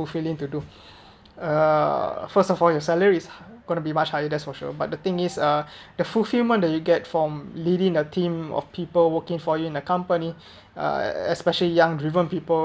fulfilling to do uh first of all your salaries gonna be much higher that's for sure but the thing is uh the fulfilment that you get from leading a team of people working for you in a company uh especially young driven people